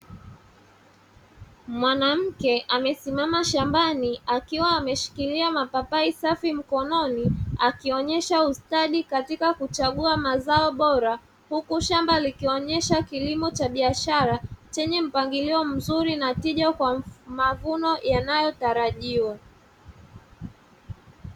Mwanamke amesimama shambani akiwa ameshikilia mapapai safi mkononi akionyesha ustadi katika kuchagua mazao bora, huku shamba likionyesha kilimo cha biashara chenye mpangilio mzuri na tija kwa mavuno yanayotarajiwa.